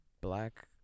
black